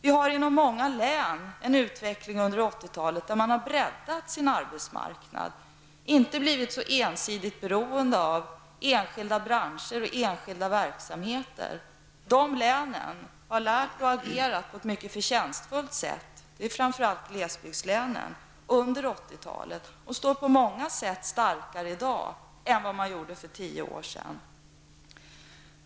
I många län har det skett en utveckling under 80-talet där man har breddat sin arbetsmarknad, inte blivit så ensidigt beroende av enskilda branscher och enskilda verksamheter. De länen har lärt och agerat på ett mycket förtjänstfullt sätt -- det är framför allt glesbygdslänen -- under 80 talet och står på många sätt starkare i dag än de gjorde för tio år sedan.